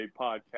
podcast